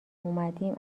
اومدیم